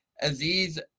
Aziz